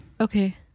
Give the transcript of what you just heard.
Okay